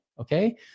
okay